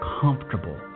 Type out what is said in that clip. comfortable